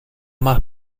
más